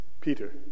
Peter